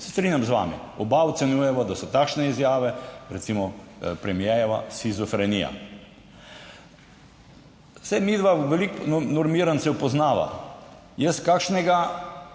Se strinjam z vami, oba ocenjujeva, da so takšne izjave recimo premierjeva shizofrenija. Saj midva veliko normirancev poznava, jaz kakšnega,